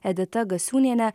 edita gasiūniene